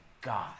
God